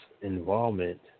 involvement